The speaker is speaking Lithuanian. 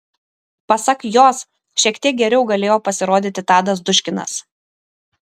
pasak jos šiek tek geriau galėjo pasirodyti tadas duškinas